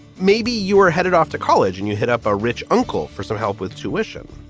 maybe you were headed off to college and you hit up a rich uncle for some help with tuition.